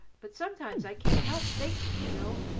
but sometimes i can't help thinking, you know,